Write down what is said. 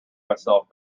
myself